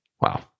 Wow